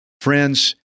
Friends